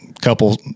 couple